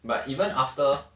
but even after